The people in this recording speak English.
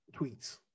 tweets